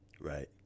Right